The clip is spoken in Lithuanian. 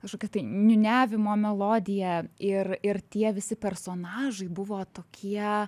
kažkokia tai niūniavimo melodija ir ir tie visi personažai buvo tokie